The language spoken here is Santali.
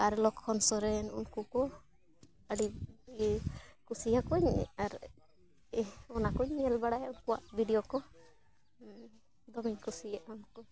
ᱟᱨ ᱞᱚᱠᱠᱷᱚᱱ ᱥᱚᱨᱮᱱ ᱩᱱᱠᱩ ᱠᱚ ᱟᱹᱰᱤ ᱤᱭᱟᱹ ᱠᱩᱥᱤᱭᱟᱠᱩᱣᱟᱹᱧ ᱟᱨ ᱚᱱᱟ ᱠᱚᱧ ᱧᱮᱞ ᱵᱟᱲᱟᱭᱟ ᱩᱱᱠᱩᱣᱟᱜ ᱵᱷᱤᱰᱤᱭᱳ ᱠᱚ ᱫᱚᱢᱮᱧ ᱠᱩᱥᱤᱭᱟᱜᱼᱟ ᱩᱱᱠᱩ